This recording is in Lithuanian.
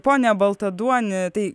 pone baltaduoni tai